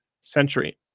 century